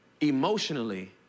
emotionally